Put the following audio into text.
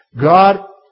God